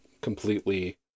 completely